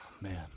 Man